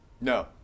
No